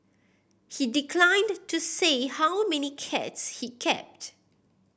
he declined to say how many cats he kept